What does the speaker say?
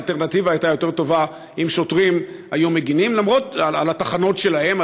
האלטרנטיבה היותר טובה הייתה אם שוטרים היו מגינים על התחנות שלהם,